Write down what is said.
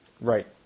Right